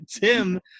Tim